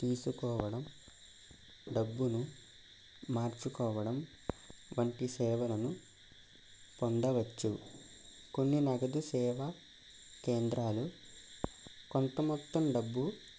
తీసుకోవడం డబ్బును మార్చుకోవడం వంటి సేవలను పొందవచ్చు కొన్ని నగదు సేవా కేంద్రాలు కొంత మొత్తం డబ్బు